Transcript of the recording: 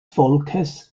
volkes